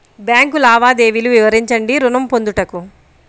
Bank లావాదేవీలు వివరించండి ఋణము పొందుటకు?